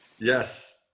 Yes